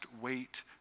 wait